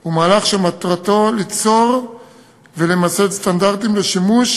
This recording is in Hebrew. הוא מהלך שמטרתו ליצור ולמסד סטנדרטים לשימוש